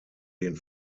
den